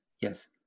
yes